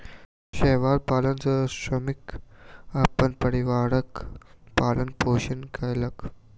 शैवाल पालन सॅ श्रमिक अपन परिवारक पालन पोषण कयलक